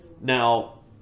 Now